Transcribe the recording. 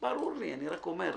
ברור לי, אני רק אומר.